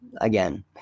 again